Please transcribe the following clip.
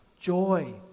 joy